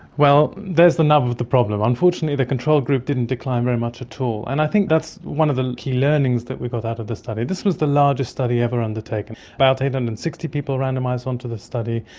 well, there is the nub of of the problem. unfortunately the control group didn't decline very much at all, and i think that's one of the key learnings that we got out of this study. this was the largest study ever undertaken. about eight hundred and sixty people were randomised onto this study,